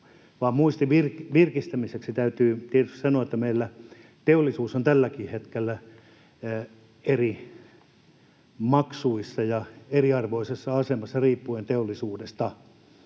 muistin virkistämiseksi täytyy tietysti sanoa, että meillä teollisuus on tälläkin hetkellä eri maksuissa ja eriarvoisessa asemassa riippuen teollisuudesta.